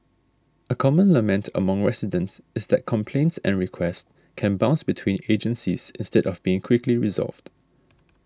a common lament among residents is that complaints and requests can bounce between agencies instead of being quickly resolved